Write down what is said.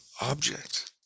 object